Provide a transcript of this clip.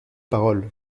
parole